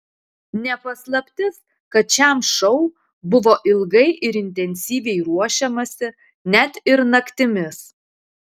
ne paslaptis kad šiam šou buvo ilgai ir intensyviai ruošiamasi net ir naktimis